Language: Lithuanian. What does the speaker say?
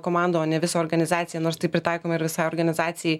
komandą o ne visą organizaciją nors tai pritaikoma visai organizacijai